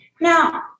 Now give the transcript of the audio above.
Now